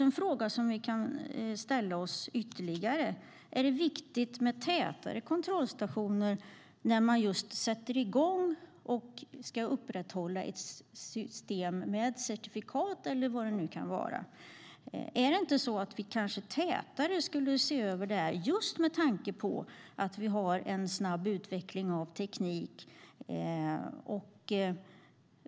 En fråga vi kan ställa oss är om det är viktigt med tätare kontrollstationer just när man sätter igång och ska upprätthålla ett system med certifikat eller vad det nu kan vara. Är det inte så att vi kanske borde se över det här tätare, med tanke på att vi har en snabb utveckling av tekniken?